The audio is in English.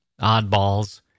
oddballs